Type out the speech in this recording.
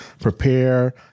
Prepare